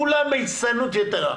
כולם בהצטיינות יתרה,